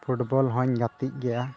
football ᱦᱚᱧ ᱜᱟᱛᱮᱜ ᱜᱮᱭᱟ